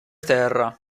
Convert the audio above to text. terra